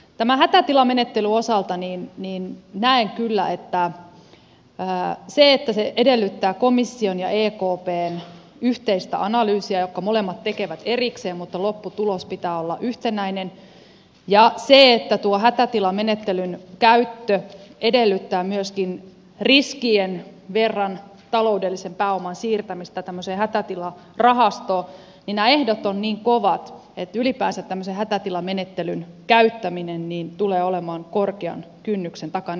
tämän hätätilamenettelyn osalta näen kyllä että kun se edellyttää komission ja ekpn yhteistä analyysiä jonka molemmat tekevät erikseen mutta lopputuloksen pitää olla yhtenäinen ja kun tuon hätätilamenettelyn käyttö edellyttää myöskin riskien verran taloudellisen pääoman siirtämistä tämmöiseen hätätilarahastoon niin nämä ehdot ovat niin kovat että ylipäänsä tämmöisen hätätilamenettelyn käyttäminen tulee olemaan korkean kynnyksen takana